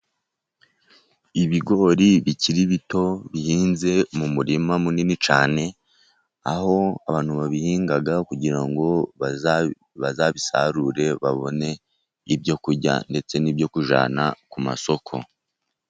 Ibigori bikiri bito bihinze mu murima munini cyane, aho abantu babihinga kugira ngo bazabisarure, babone ibyo kurya ndetse n'ibyo kujyana ku masoko.